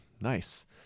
nice